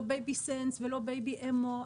לא בייבי סנס ולא בייבי אמו,